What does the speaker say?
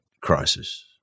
crisis